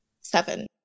seven